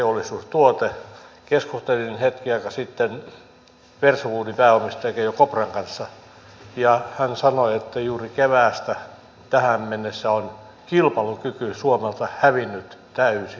keskustelin hetken aikaa sitten versowoodin pääomistajan keijo kopran kanssa ja hän sanoi että juuri keväästä tähän mennessä on kilpailukyky suomelta hävinnyt täysin